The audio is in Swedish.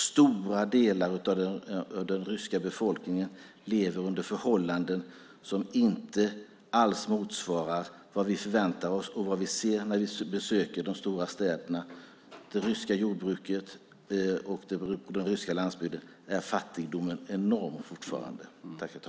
Stora delar av den ryska befolkningen lever under förhållanden som inte alls motsvarar vad vi förväntar oss och vad vi ser när vi besöker de stora städerna. I det ryska jordbruket och på den ryska landsbygden är fattigdomen fortfarande enorm.